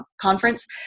conference